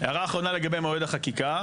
הערה אחרונה לגבי מועד החקיקה.